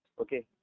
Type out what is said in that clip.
Okay